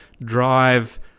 drive